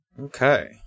Okay